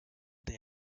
day